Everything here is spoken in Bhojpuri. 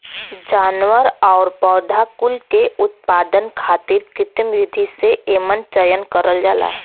जानवर आउर पौधा कुल के उत्पादन खातिर कृत्रिम विधि से एमन चयन करल जाला